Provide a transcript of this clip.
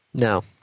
No